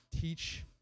teach